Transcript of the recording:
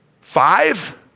five